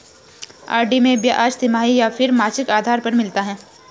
RD में ब्याज तिमाही या फिर मासिक आधार पर मिलता है?